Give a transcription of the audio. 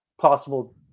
possible